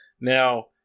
Now